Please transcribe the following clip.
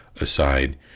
aside